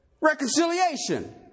Reconciliation